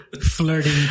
flirting